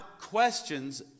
questions